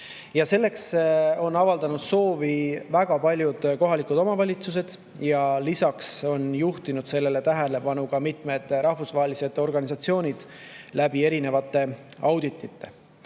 Selleks on avaldanud soovi väga paljud kohalikud omavalitsused ja lisaks on juhtinud sellele tähelepanu ka mitmed rahvusvahelised organisatsioonid erinevate auditite